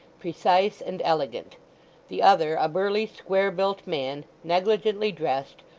precise, and elegant the other, a burly square-built man, negligently dressed,